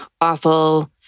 awful